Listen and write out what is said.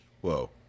Whoa